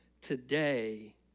Today